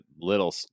little